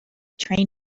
train